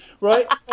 right